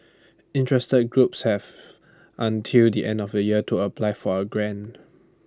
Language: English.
interested groups have until the end of the year to apply for A grant